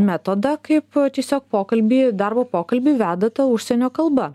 metodą kaip tiesiog pokalbį darbo pokalbį veda ta užsienio kalba